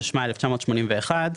התשמ"א-1981.